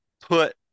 put